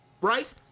right